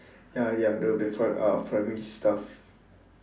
ya ya the the pri~ uh primary stuff